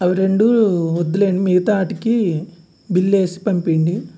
అవి రెండు వద్దులేండి మిగతా వాటికి బిల్ వేసి పంపించండి